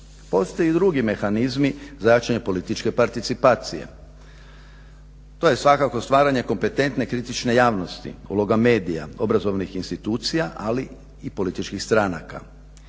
Postoje drugi mehanizmi značenja političke participacije. To je svakako stvaranje kompetentne kritične javnosti, uloga medija, obrazovnih institucija ali i političkih stranaka.